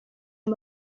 aya